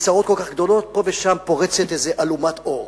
בצרות כל כך גדולות, פה ושם פורצת איזו אלומת אור.